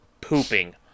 pooping